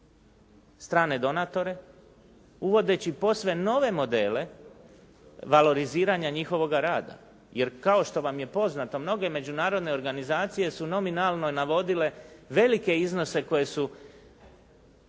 strane donatore, uvodeći posve nove modele valoriziranja njihovoga rada. Jer kao što vam je poznato mnoge međunarodne organizacije su nominalno navodile velike iznose koje su